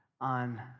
on